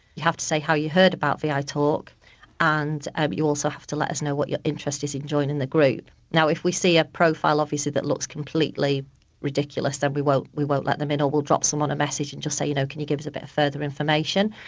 you have to say how you heard about vi talk and you also have to let us know what your interest is in joining the group. now if we see a profile obviously that looks completely ridiculous then we won't we won't let them in or we'll drop someone a message and just say you know can you give us a bit of further information.